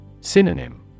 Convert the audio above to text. Synonym